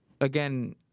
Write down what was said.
again